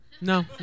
No